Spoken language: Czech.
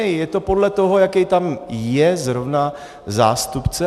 Je to podle toho, jaký tam je zrovna zástupce.